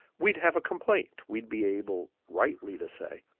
we'd have a complaint. we'd be able rightly to say,